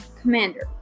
commander